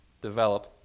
develop